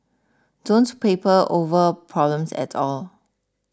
don't paper over problems at all